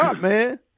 man